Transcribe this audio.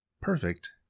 perfect